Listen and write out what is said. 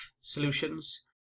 solutions